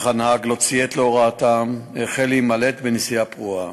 אך הנהג לא ציית להוראתם והחל להימלט בנסיעה פרועה,